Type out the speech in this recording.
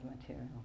material